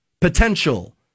potential